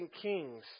Kings